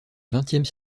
vingtième